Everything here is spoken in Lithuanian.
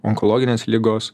onkologinės ligos